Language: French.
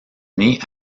née